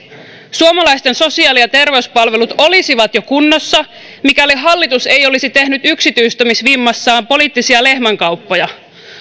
suomalaisten sosiaali ja terveyspalvelut olisivat jo kunnossa mikäli hallitus ei olisi tehnyt yksityistämisvimmassaan poliittisia lehmänkauppoja